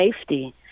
safety